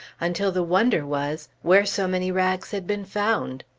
until the wonder was, where so many rags had been found.